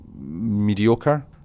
mediocre